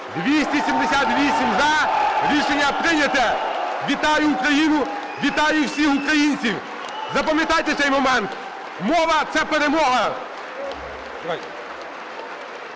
За-278 Рішення прийнято. Вітаю Україну! Вітаю всіх українців! Запам'ятайте цей момент. Мова – це перемога!